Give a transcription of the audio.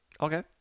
Okay